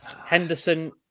Henderson